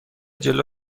جلو